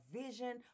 vision